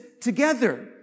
together